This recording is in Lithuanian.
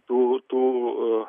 tų tų